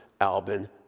Albin